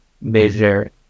measure